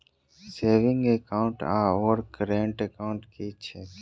Saving account आओर current account की छैक?